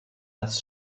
dass